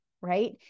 right